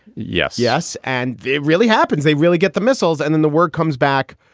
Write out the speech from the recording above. yes. yes. and they really happens. they really get the missiles and then the word comes back.